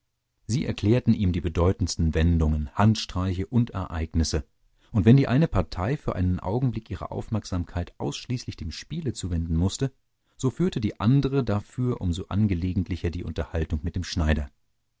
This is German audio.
sie erklärten ihm die bedeutendsten wendungen handstreiche und ereignisse und wenn die eine partei für einen augenblick ihre aufmerksamkeit ausschließlich dem spiele zuwenden mußte so führte die andere dafür um so angelegentlicher die unterhaltung mit dem schneider